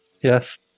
Yes